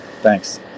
Thanks